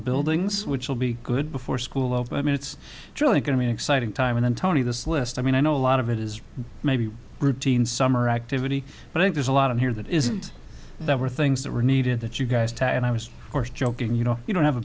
the buildings which will be good before school of i mean it's really going to be an exciting time and tony this list i mean i know a lot of it is maybe routine summer activity but i think there's a lot of here that isn't that were things that were needed that you guys talk and i was forced joking you know you don't have a